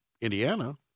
Indiana